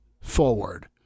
forward